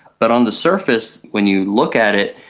but on the surface when you look at it,